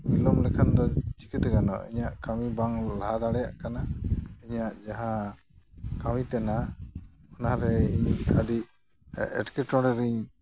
ᱵᱤᱞᱚᱢ ᱞᱮᱠᱷᱟᱱ ᱫᱚ ᱪᱤᱠᱟᱹᱛᱮ ᱜᱟᱱᱚᱜᱼᱟ ᱤᱧᱟᱹᱜ ᱠᱟᱹᱢᱤ ᱵᱟᱝ ᱞᱟᱦᱟ ᱫᱟᱲᱭᱟᱜ ᱠᱟᱱᱟ ᱤᱧᱟᱹᱜ ᱡᱟᱦᱟᱸ ᱠᱟᱹᱢᱤ ᱛᱮᱱᱟᱜ ᱚᱱᱟ ᱨᱮ ᱤᱧ ᱠᱷᱟᱹᱞᱤ ᱮᱸᱴᱠᱮᱴᱚᱬᱮ ᱨᱤᱧ